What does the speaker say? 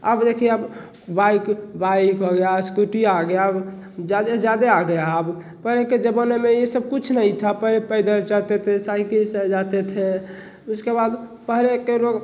अब देखिए अब बाइक बाइक हो गई स्कूटी आ गई अब ज़्यादा से ज़्यादा आ गए हैं अब पहले के ज़माने में यह सब कुछ नहीं था पहले पैदल जाते थे साइकिल से जाते थे उसके बाद पहले के लोग